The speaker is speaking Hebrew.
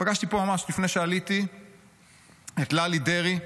פגשתי פה ממש לפני שעליתי את ללי דרעי,